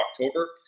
October